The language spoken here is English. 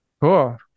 Cool